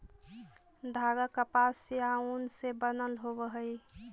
धागा कपास या ऊन से बनल होवऽ हई